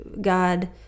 God